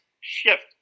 shift